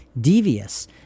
devious